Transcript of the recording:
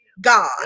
God